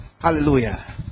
Hallelujah